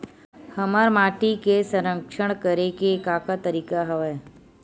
हमर माटी के संरक्षण करेके का का तरीका हवय?